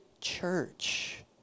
church